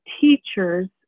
teachers